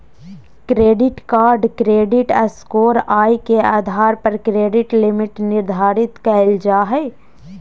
credit card credit score, आय के आधार पर क्रेडिट लिमिट निर्धारित कयल जा हइ